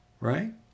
Right